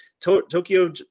Tokyo